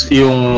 yung